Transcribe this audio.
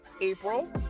april